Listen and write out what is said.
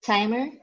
Timer